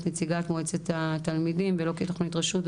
נציגת מועצת התלמידים ולא כתוכנית רשות,